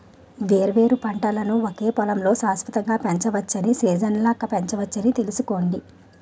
వేర్వేరు పంటలను ఒకే పొలంలో శాశ్వతంగా పెంచవచ్చని, సీజనల్గా పెంచొచ్చని తెలుసుకోండి